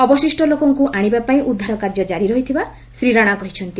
ଅବଶିଷ୍ଟ ଲୋକଙ୍କୁ ଆଣିବାପାଇଁ ଉଦ୍ଧାର କାର୍ଯ୍ୟ କାରି ରହିଥିବା ଶ୍ରୀ ରାଣା କହିଛନ୍ତି